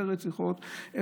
אז איפה שיש הרבה רציחות,